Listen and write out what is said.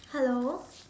hello